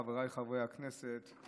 חבריי חברי הכנסת,